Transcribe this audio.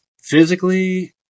physically